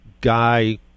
guy